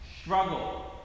Struggle